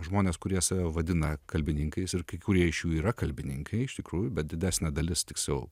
žmonės kurie save vadina kalbininkais ir kai kurie iš jų yra kalbininkai iš tikrųjų bet didesnė dalis tik su